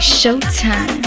Showtime